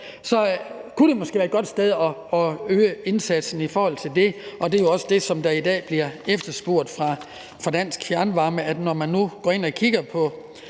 så kunne det måske være et godt sted at øge indsatsen. Og det er jo også det, som der i dag bliver efterspurgt fra Dansk Fjernvarmes side, for når man nu går ind og kigger på